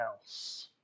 else